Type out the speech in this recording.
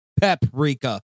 Paprika